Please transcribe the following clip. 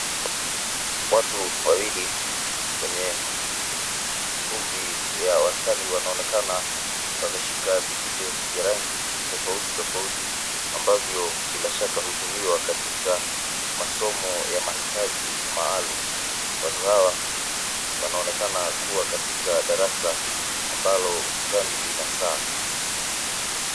Watu wawili wenye umri ya wastani wanaonekana wameshika vidunde vya rangi tofaui tofauti ambavyo bila shaka hutumiwa katika masomo ya maitaji maalum. Watu hawa wanaonekana kuwa katika darasa ambalo ukutani lina saa.